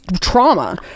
trauma